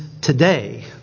today